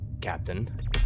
Captain